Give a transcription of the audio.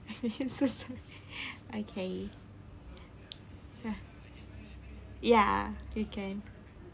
so sweet okay ya ya you can